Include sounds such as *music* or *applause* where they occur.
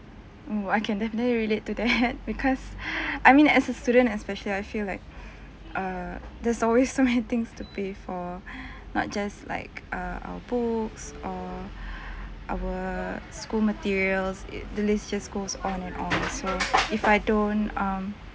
oh I can definitely relate to that *laughs* because *breath* I mean as a student especially I feel like err there's always so many *laughs* things to pay for *breath* not just like err our books or *breath* our school materials it the list just goes on and on so if I don't um